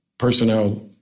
personnel